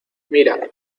mira